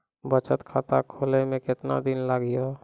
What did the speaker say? बचत खाता खोले मे केतना दिन लागि हो?